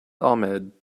ahmed